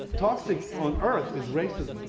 toxic on earth is racism.